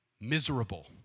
Miserable